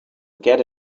get